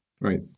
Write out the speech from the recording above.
Right